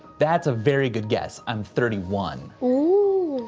that's a very good guess, i'm thirty one. oh!